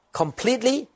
completely